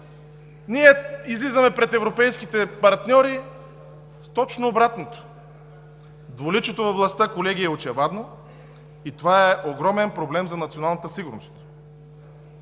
излизаме пред европейските партньори с точно обратното. Двуличието на властта, колеги, е очевадно и това е огромен проблем за националната сигурност.